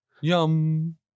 yum